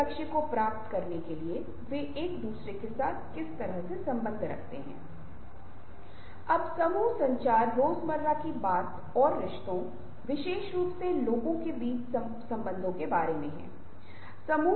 प्रत्येक टिक के लिए आप एक अंक प्रदान करते हैं आपके द्वारा प्राप्त अंकों की कुल संख्या का गणन कीजिये